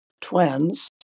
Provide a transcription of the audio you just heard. twins